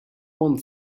one